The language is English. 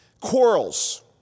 Quarrels